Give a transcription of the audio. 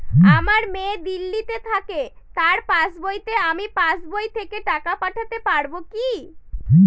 আমার মেয়ে দিল্লীতে থাকে তার পাসবইতে আমি পাসবই থেকে টাকা পাঠাতে পারব কি?